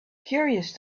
curious